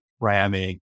ramming